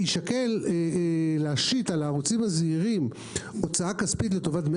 יישקל להשית על הערוצים הזעירים הוצאה כספית לטובת דמי